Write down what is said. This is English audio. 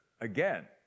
again